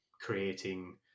creating